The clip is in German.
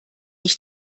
ich